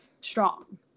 strong